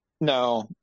No